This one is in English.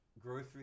Grocery